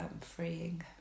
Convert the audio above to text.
freeing